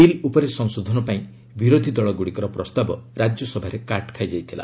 bill ଉପରେ ସଂଶୋଧନ ପାଇଁ ବିରୋଧୀଦଳ ଗୁଡ଼ିକର ପ୍ରସ୍ତାବ ରାଜ୍ୟସଭାରେ କାଟ୍ ଖାଇଯାଇଥିଲା